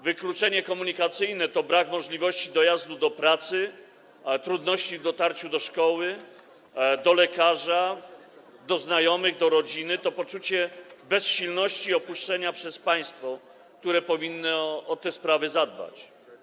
Wykluczenie komunikacyjne to brak możliwości dojazdu do pracy, trudności w dotarciu do szkoły, do lekarza, do znajomych, do rodziny, to poczucie bezsilności i opuszczenia przez państwo, które powinno o te sprawy zadbać.